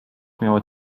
miała